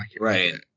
right